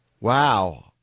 wow